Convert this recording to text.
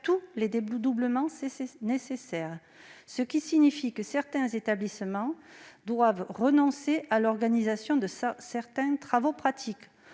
tous les dédoublements nécessaires, ce qui oblige certains établissements à renoncer à l'organisation de certains travaux pratiques-